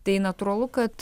tai natūralu kad